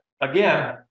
again